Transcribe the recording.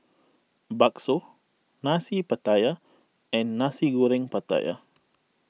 Bakso Nasi Pattaya and Nasi Goreng Pattaya